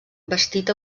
vestit